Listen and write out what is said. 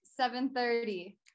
7.30